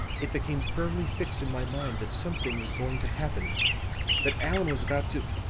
it became firmly fixed in my mind that something was going to happen that allan was about to